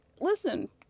listen